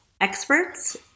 experts